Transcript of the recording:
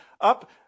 up